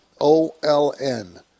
O-L-N